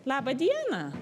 laba diena